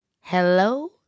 hello